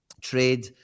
trade